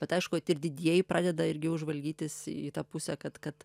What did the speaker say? bet aišku vat ir didieji pradeda irgi jau žvalgytis į tą pusę kad kad